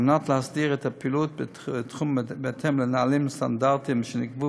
מנת להסדיר את הפעילות בתחום בהתאם לנהלים ולסטנדרטים שנקבעו